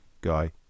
guy